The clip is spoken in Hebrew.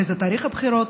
באיזה תאריך הבחירות.